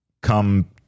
come